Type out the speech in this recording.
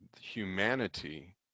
humanity